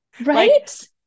Right